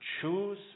choose